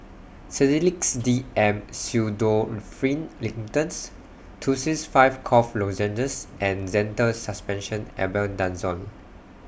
Sedilix D M Pseudoephrine Linctus Tussils five Cough Lozenges and Zental Suspension Albendazole